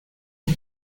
has